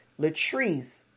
Latrice